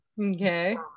okay